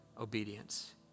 obedience